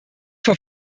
vor